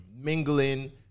mingling